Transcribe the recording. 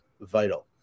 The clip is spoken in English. vital